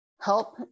help